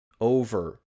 over